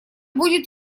будет